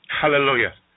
Hallelujah